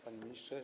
Panie Ministrze!